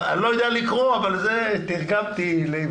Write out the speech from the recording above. אני לא יודע לקרוא, אבל את זה תרגמתי לעברית.